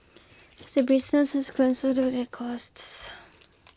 say businesses grown so too their costs